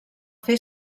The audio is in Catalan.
fer